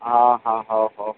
ହଁ ହଁ ହଉ ହଉ ହଉ